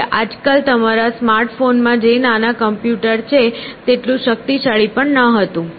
તે આજકાલ તમારા સ્માર્ટ ફોનમાં જે નાના કમ્પ્યુટર છે તેટલું શક્તિશાળી પણ નહોતું